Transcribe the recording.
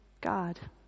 God